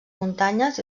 muntanyes